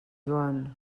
joan